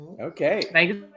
okay